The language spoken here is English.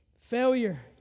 Failure